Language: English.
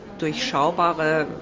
durchschaubare